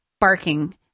barking